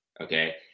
Okay